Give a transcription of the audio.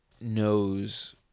knows